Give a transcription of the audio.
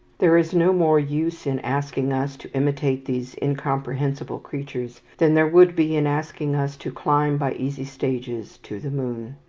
there is no more use in asking us to imitate these incomprehensible creatures than there would be in asking us to climb by easy stages to the moon.